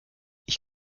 ich